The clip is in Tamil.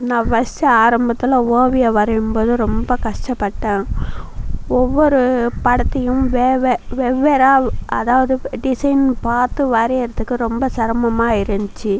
நான் ஃபஸ்ட்டு ஆரம்பத்தில் ஓவியம் வரையும் போது ரொம்ப கஷ்டப்பட்டேன் ஒவ்வொரு படத்தையும் வே வே வெவ்வேறா அதாவது டிசைன் பார்த்து வரையிரதுக்கு ரொம்ப சிரமமா இருந்துச்சு